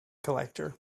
collector